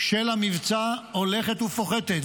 של המבצע הולכת ופוחתת,